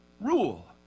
Rule